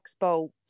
Expo